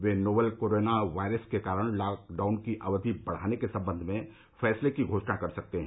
वे novel corona virus के कारण lockdown की अवधि बढ़ाने के सम्बंध में फैसले की घोषणा कर सकते हैं